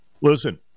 Listen